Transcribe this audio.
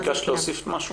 טוהר, בקשת להוסיף משהו?